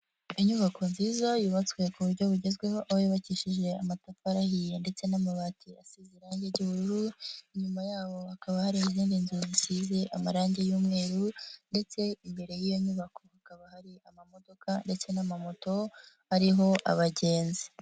Inyubako nziza yubatswe ku buryo bugezweho aho yubakishije amatafari ahiye ndetse n'amabati asize irangi ry'ubururu, inyuma y'aho hakaba hari izindi nzu zisize amarangi y'umweru ndetse imbere y'iyo nyubako hakaba hari amamodoka ndetse n'amamoto ariho abagenzi.